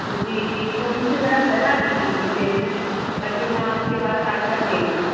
جی جی تو مجھے ذرا بتا دیجیے ڈیٹیل میں تاکہ میں آپ کے پاس آ کر لے لوں